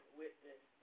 witness